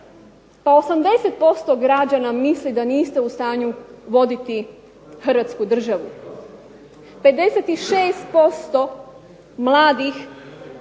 Pa 80% građana misli da niste u stanju voditi Hrvatsku državu. 56% mladih